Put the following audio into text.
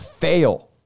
fail